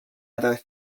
other